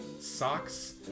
socks